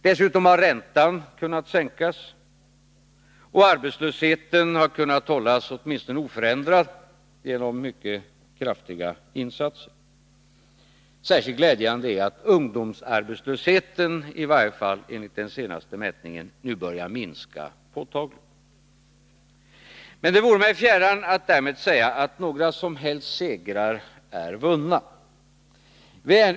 Dessutom har räntan kunnat sänkas, och arbetslösheten har kunnat hållas åtminstone oförändrad genom mycket kraftiga insatser. Särskilt glädjande är att ungdomsarbetslösheten enligt den senaste mätningen nu börjar minska påtagligt. Men det vore mig fjärran att därmed säga att några som helst segrar är vunna.